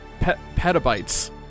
Petabytes